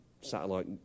Satellite